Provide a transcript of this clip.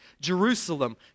Jerusalem